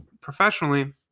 professionally